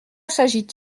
s’agit